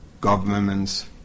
governments